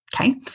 Okay